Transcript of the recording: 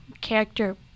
character